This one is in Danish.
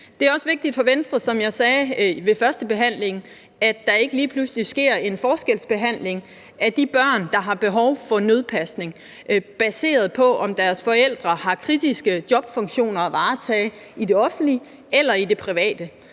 ved førstebehandlingen, at der ikke lige pludselig sker en forskelsbehandling af de børn, der har behov for nødpasning, baseret på, om deres forældre har kritiske jobfunktioner at varetage i det offentlige eller i det private.